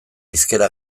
hizkera